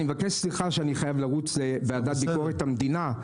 אני מבקש סליחה שאני חייב לרוץ לוועדה לביקורת המדינה.